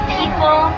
people